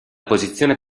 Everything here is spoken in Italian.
posizione